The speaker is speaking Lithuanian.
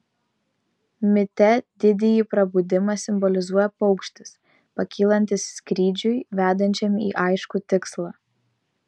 mite didįjį prabudimą simbolizuoja paukštis pakylantis skrydžiui vedančiam į aiškų tikslą